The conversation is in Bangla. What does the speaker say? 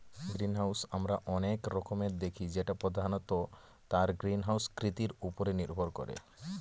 গ্রিনহাউস আমরা অনেক রকমের দেখি যেটা প্রধানত তার গ্রিনহাউস কৃতির উপরে নির্ভর করে